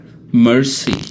mercy